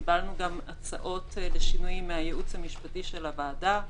קיבלנו גם הצעות לשינויים מהייעוץ המשפטי של הוועדה,